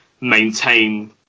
maintain